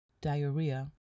diarrhea